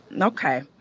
Okay